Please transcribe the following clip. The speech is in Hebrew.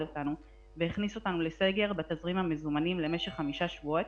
אותנו והכניס אותנו לסגר בתזרים המזומנים למשך חמישה שבועות